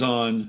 on